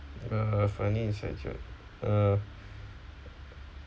uh funny inside joke uh